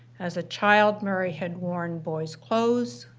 as a child, murray had worn boys' clothes,